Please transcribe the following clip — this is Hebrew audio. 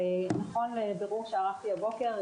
נכון לבירור שערכתי הבוקר,